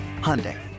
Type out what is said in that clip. Hyundai